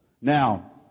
Now